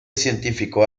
científico